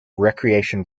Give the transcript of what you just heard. recreation